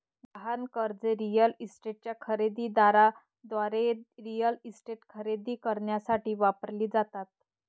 गहाण कर्जे रिअल इस्टेटच्या खरेदी दाराद्वारे रिअल इस्टेट खरेदी करण्यासाठी वापरली जातात